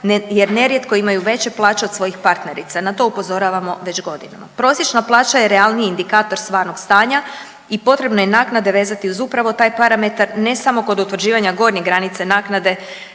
jer nerijetko imaju veće plaće od svojih partnerica. Na to upozoravamo već godinama. Prosječna plaća je realniji indikator stvarnog stanja i potrebno je naknade vezati uz upravo taj parametar ne samo kod utvrđivanja gornje granice naknade